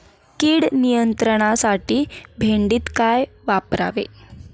कीड नियंत्रणासाठी भेंडीत काय वापरावे?